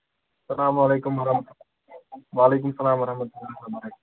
اسلام علیکم وعلیکُم سَلام